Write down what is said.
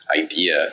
idea